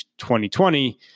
2020